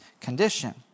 condition